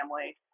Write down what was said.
family